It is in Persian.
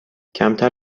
کمتر